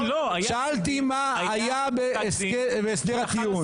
שאלתי מה היה בהסדר הטיעון.